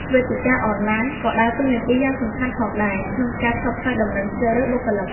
វេទិកាអនឡាញ ក៏ដើរតួនាទីយ៉ាងសំខាន់ផងដែរក្នុងការផ្សព្វផ្សាយដំណឹងជ្រើសរើសបុគ្គលិក។